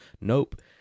Nope